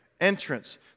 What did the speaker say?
Entrance